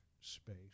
space